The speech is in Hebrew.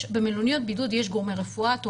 במלוניות בידוד יש גורמי רפואה תומכים.